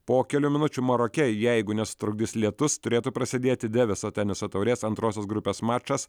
po kelių minučių maroke jeigu nesutrukdys lietus turėtų prasidėti deviso teniso taurės antrosios grupės mačas